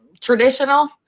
traditional